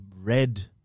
red